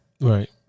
right